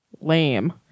lame